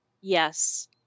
Yes